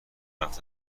باهاش